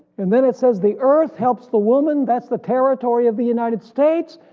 and then it says the earth helps the woman, that's the territory of the united states,